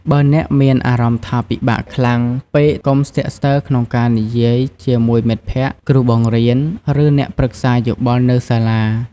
បើអ្នកមានអារម្មណ៍ថាពិបាកខ្លាំងពេក កុំស្ទាក់ស្ទើរក្នុងការនិយាយជាមួយមិត្តភក្តិ គ្រូបង្រៀន ឬអ្នកប្រឹក្សាយោបល់នៅសាលា។